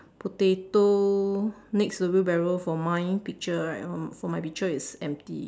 potato next to the wheelbarrow for mine picture right um for my picture is empty